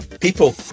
People